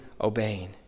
obeying